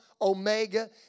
omega